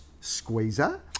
squeezer